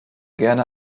gerne